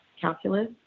calculus